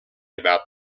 about